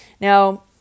Now